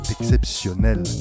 exceptionnel